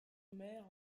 maires